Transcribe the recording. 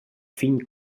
fin